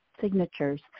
signatures